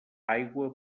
aigua